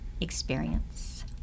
Experience